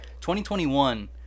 2021